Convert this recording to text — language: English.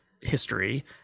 history